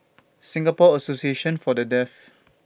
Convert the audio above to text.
Singapore Association For The Deaf